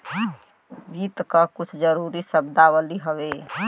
वित्त क कुछ जरूरी शब्दावली हउवे